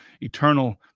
eternal